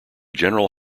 general